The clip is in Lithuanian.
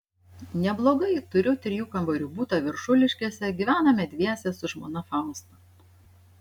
neblogai turiu trijų kambarių butą viršuliškėse gyvename dviese su žmona fausta